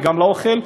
וגם לאוכל,